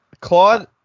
Claude